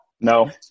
No